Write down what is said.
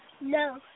No